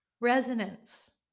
resonance